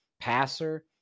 passer